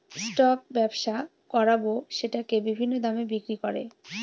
stock ব্যবসা করাবো সেটাকে বিভিন্ন দামে বিক্রি করে